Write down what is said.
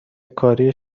کاری